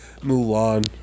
Mulan